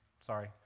Sorry